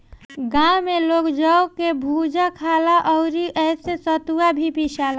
गांव में लोग जौ कअ भुजा खाला अउरी एसे सतुआ भी पिसाला